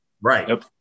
Right